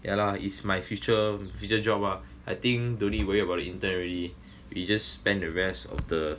yeah lah is my future future job ah I think don't worry about it intern already we just spend the rest of the